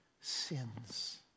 sins